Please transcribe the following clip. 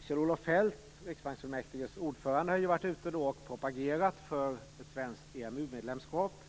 Kjell-Olof Feldt, riksbanksfullmäktiges ordförande, hade varit ute och propagerat för ett svenskt EMU-medlemskap.